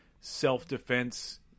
self-defense